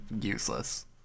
useless